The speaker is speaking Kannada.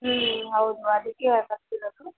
ಹ್ಞೂ ಹೌದು ಅದಕ್ಕೆ ಬರ್ತಿರೋದು